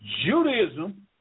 Judaism